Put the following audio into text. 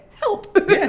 help